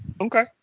Okay